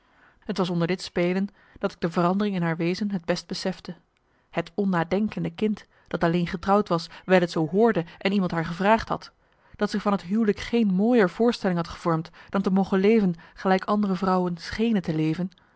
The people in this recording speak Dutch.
t was onder dit spelen dat ik de verandering in haar wezen het best besefte het onnadenkende kind dat alleen getrouwd was wijl t zoo hoorde en iemand haar gevraagd had dat zich van het huwelijk geen mooier voorstelling had gevormd dan te mogen leven gelijk andere vrouwen schenen te leven